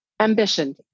Ambition